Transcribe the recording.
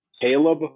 Caleb